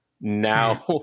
now